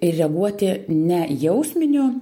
ir reaguoti ne jausminiu